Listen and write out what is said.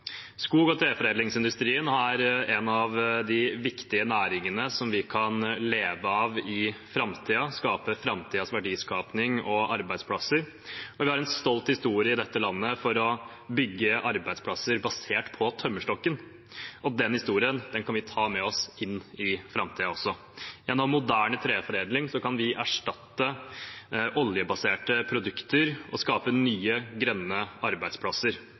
Skog- og treforedlingsindustrien er en av de viktige næringene som vi kan leve av i framtiden – og for framtidens verdiskaping og arbeidsplasser. Vi har en stolt historie i dette landet for å bygge arbeidsplasser basert på tømmerstokken, og den historien kan vi ta med oss inn i framtiden også. Gjennom moderne treforedling kan vi erstatte oljebaserte produkter og skape nye, grønne arbeidsplasser,